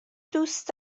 دوست